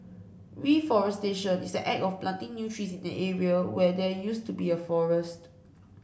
reforestation is the act of planting new trees in an area where there used to be a forest